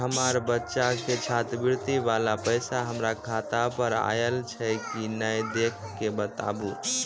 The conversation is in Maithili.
हमार बच्चा के छात्रवृत्ति वाला पैसा हमर खाता पर आयल छै कि नैय देख के बताबू?